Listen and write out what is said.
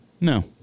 No